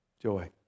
Joy